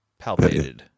palpated